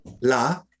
La